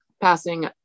passing